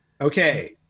okay